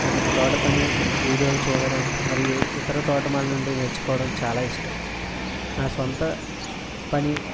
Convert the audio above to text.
and తోటపని వీడియోలు చూడడం మరియు ఇతర తోటమాలి నుండి నేర్చుకోవడం చాలా ఇష్టం నా స్వంతపని